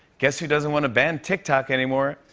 guess who doesn't want to ban tiktok anymore?